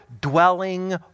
dwelling